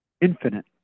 infinite